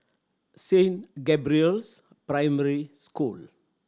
Saint Gabriel's Primary School